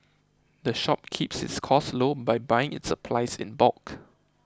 the shop keeps its costs low by buying its supplies in bulk